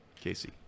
Casey